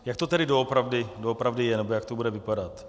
Jak to tedy doopravdy je nebo jak to bude vypadat?